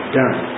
done